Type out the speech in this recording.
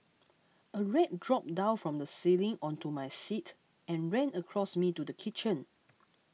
a rat dropped down from the ceiling onto my seat and ran across me to the kitchen